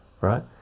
right